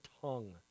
tongue